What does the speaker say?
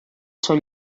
seu